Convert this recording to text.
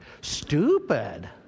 Stupid